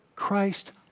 Christ